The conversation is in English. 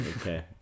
Okay